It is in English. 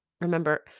Remember